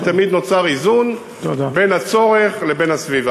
ותמיד נוצר איזון בין הצורך לבין הסביבה.